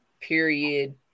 period